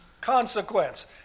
consequence